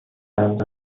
سمت